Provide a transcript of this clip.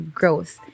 growth